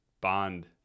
bond